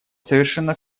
совершенно